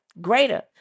greater